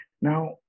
Now